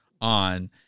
on